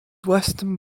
western